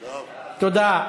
תודה.